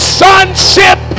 sonship